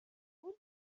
punt